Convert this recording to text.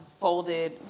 folded